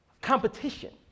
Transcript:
competition